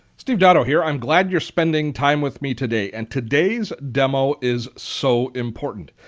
steve dotto here. i'm glad you're spending time with me today and today's demo is so important.